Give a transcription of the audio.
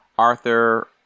Arthur